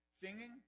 singing